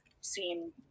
seen